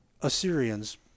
Assyrians